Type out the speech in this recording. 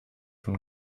von